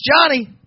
Johnny